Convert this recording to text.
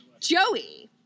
joey